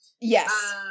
Yes